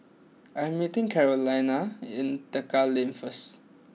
I am meeting Carolina in Tekka Lane first